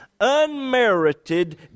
Unmerited